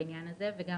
בעניין הזה וזה,